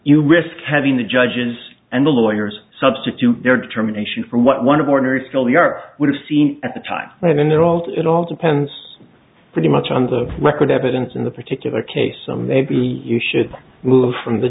you risk having the judges and the lawyers substitute their determination for what one of ordinary still the art would have seen at the time when they're all to it all depends pretty much on the record evidence in the particular case so maybe you should move from the